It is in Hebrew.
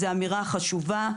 זו אמירה חשובה.